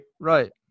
Right